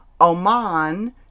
Oman